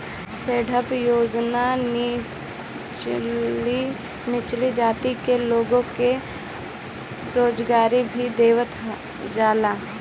stand up योजना निचली जाति के लोगन के रोजगार भी देहल जाला